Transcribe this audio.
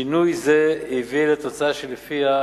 שינוי זה הביא לתוצאה שלפיה,